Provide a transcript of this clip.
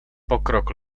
pokrok